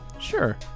Sure